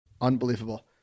Unbelievable